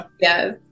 Yes